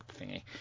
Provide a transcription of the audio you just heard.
thingy